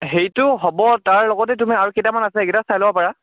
সেইটো হ'ব তাৰ লগতে তুমি আৰু কেইটামান আছে সেইকেইটাও চাই ল'ব পাৰা